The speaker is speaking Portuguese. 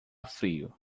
frio